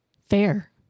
Fair